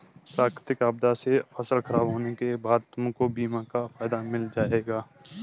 प्राकृतिक आपदा से फसल खराब होने के बाद तुमको बीमा का फायदा मिल जाएगा